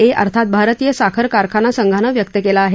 ए अर्थात भारतीय साखर कारखाना संघानं व्यक्त केला आहे